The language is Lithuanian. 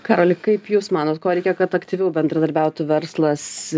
karoli kaip jūs manot ko reikia kad aktyviau bendradarbiautų verslas